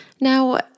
Now